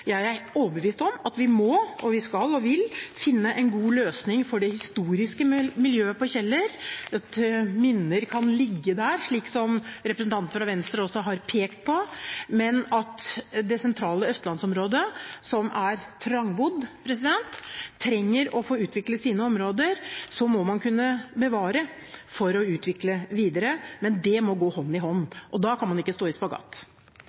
Jeg er overbevist om at vi må – og vi skal og vil – finne en god løsning for det historiske miljøet på Kjeller. Minner kan ligge der, slik representanten fra Venstre også har pekt på. Men det sentrale Østlands-området, som er trangbodd, trenger å få utviklet sine områder. Da må man kunne bevare for å utvikle videre, men det må gå hånd i hånd – og da kan man ikke stå